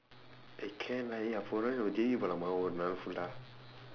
eh can lah போன வாட்டி நம்ம:poona vaatdi namma J_B போனோமே ஒரு வாரம்:poonoomee oru vaaram fulla